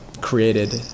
created